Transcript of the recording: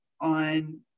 on